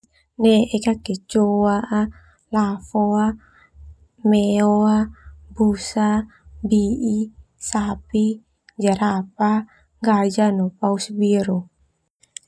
Neek kecoak, lafo, meo, busa, bi'i, sapi, jerapah, gajah, no paus biru.